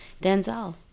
Denzel